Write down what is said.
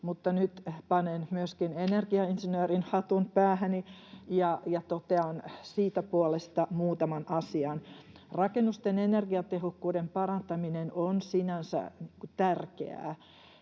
nyt panen myöskin energiainsinöörin hatun päähäni ja totean siitä puolesta muutaman asian: Rakennusten energiatehokkuuden parantaminen on sinänsä tärkeää.